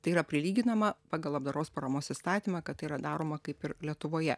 tai yra prilyginama pagal labdaros paramos įstatymą kad tai yra daroma kaip ir lietuvoje